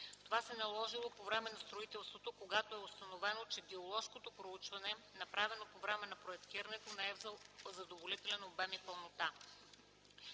Това се е наложило по време на строителството когато е установено, че геоложкото проучване, направено по време на проектирането, не е в задоволителен обем и пълнота.